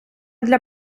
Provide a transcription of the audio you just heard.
для